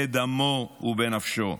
בדמו ובנפשו.